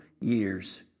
years